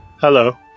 hello